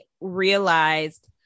realized